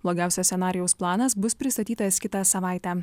blogiausio scenarijaus planas bus pristatytas kitą savaitę